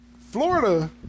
Florida